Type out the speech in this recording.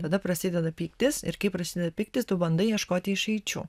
tada prasideda pyktis ir kai prasideda pyktis tu bandai ieškoti išeičių